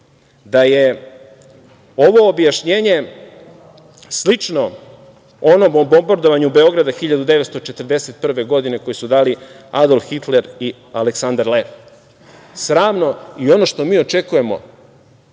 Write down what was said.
da je ovo objašnjenje slično onom o bombardovanju Beograda 1941. godine, koji su dali Adolf Hitler i Aleksandar Ler. Sramno i ono što mi očekujemo,